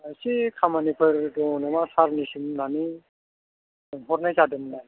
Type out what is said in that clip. एसे खामानिफोर दङ नामा सारनिसिम होन्नानै सोंहरनाय जादोंमोन आरो